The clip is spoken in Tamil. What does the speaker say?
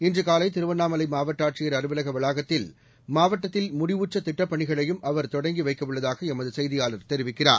இன்று காலை திருவண்ணாமலை மாவட்ட ஆட்சியர் அலுவலக வளாகத்தில் மாவட்டத்தில் முடிவுற்ற திட்டப் பணிகளையும் அவர் தொடங்கி வைக்கவுள்ளதாக எமது செய்தியாளர் தெரிவிக்கிறார்